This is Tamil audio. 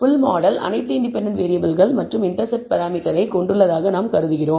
ஃபுல் மாடல் அனைத்து இண்டிபெண்டன்ட் வேறியபிள்கள் மற்றும் இண்டெர்செப்ட் பராமீட்டரை கொண்டுள்ளதாக நாம் கருதுகிறோம்